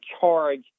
charge